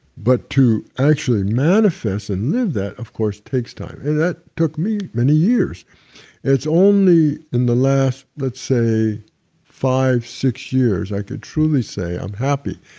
but to actually manifest and live that of course takes time, and that took me many years it's only in the last, let's say five, six years i could truly say i'm happy.